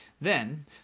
Then